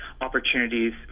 opportunities